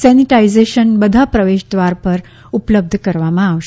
sanitization બધા પ્રવેશદ્વાર પર ઉપલબ્ધ કરવામાં આવશે